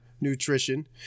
nutrition